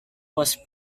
was